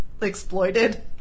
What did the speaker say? exploited